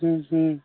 हूँ हूँ